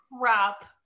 Crap